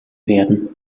werden